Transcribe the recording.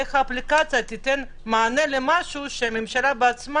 ת זה במשהו קשיח ובוודאי אם הוא יהיה בטיחותי והכול אז אין לי בעיה.